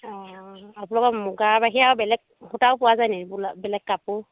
অ' আপোনালোকৰ মুগা বাহিৰে আৰু বেলেগ সূতাও পোৱা যায় নেকি বো বেলেগ কাপোৰ